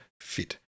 fit